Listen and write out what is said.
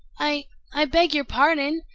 i i beg your pardon,